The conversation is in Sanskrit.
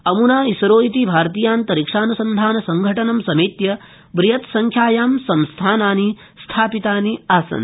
अमूना इसरो इति भारतीयान्तरिक्षान्सन्धानसंघटनं समेत्य बृहत्संख्यायां संस्थानानि स्थापितानि आसन्